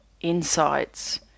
insights